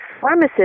pharmacist